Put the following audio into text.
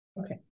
Okay